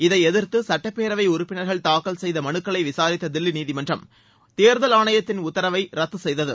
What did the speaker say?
இதை எதிர்த்து சுட்டப்பேரவை உறுப்பினர்கள் தாக்கல் செய்த மனுக்களை விசாரித்த தில்லி உயர்நீதிமன்றம் தேர்தல் ஆணையத்தின் உத்தரவை ரத்து செய்தது